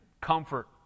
comfort